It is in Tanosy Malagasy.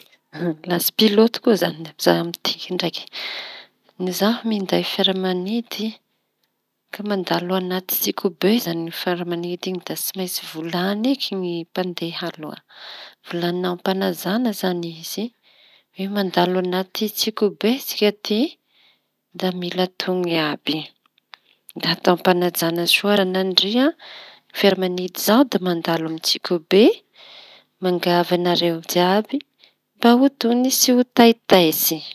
lasa piloty ko izañy zaho amty ndraiky. No zaho minday fiara-manidy ka mandalo anaty tsioky be fiara manidy iñy da tsy maintsy volañy eky mpandeha aloha. Volañina ampanaja izañy izy hoe mandalo anaty tsioky be sika ty da mila tony àby: da atao ampanajana soa ranandria fiara-manidy zao da mandalo ami tsioky be miangavy anaireo jiàby mba ho tony tsy ho taitatsy.